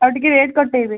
ଆଉ ଟିକିଏ ରେଟ୍ କଟେଇବେ